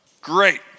Great